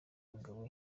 umugabo